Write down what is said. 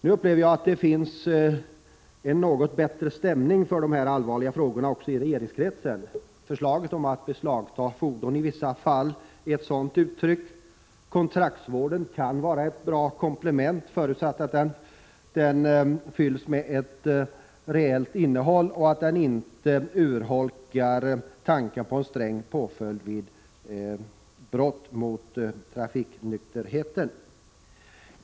Nu upplever jag att det också i regeringskretsar finns en något bättre stämning för den här allvarliga frågan. Förslaget om att beslagta fordon i vissa fall är ett uttryck för detta. Kontraktsvård kan vara ett bra komplement, förutsatt att den fylls med ett reellt innehåll och att den inte urholkar tanken på en sträng påföljd vid brott mot trafiknykterheten.